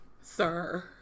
sir